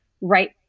right